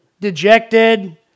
dejected